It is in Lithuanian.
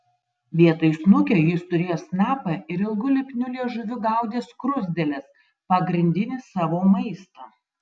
vietoj snukio jis turėjo snapą ir ilgu lipniu liežuviu gaudė skruzdėles pagrindinį savo maistą